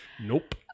Nope